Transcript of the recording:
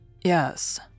Yes